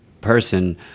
person